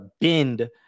bend